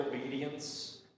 obedience